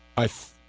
i've